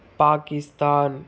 Pakistan